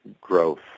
growth